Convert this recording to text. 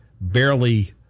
barely